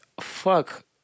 fuck